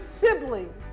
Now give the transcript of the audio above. siblings